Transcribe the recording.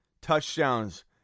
touchdowns